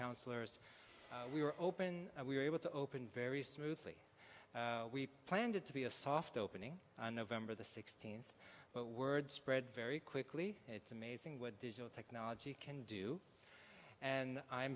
councillors we were open we were able to open very smoothly we planned it to be a soft opening on november the sixteenth but word spread very quickly it's amazing what digital technology can do and i'm